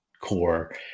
core